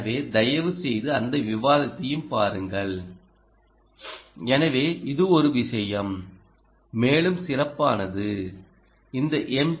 எனவே தயவுசெய்து அந்த விவாதத்தையும் பாருங்கள் எனவே இது ஒரு விஷயம் மேலும் சிறப்பானது இந்த எம்